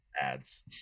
Ads